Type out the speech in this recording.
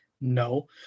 No